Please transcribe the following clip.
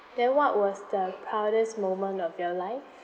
then what was the proudest moment of your life